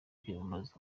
kwiyamamaza